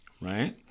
Right